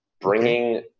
bringing